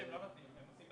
היום זה רק בתי המלון.